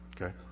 Okay